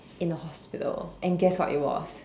in the hospital and guess what it was